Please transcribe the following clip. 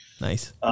Nice